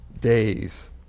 days